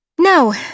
No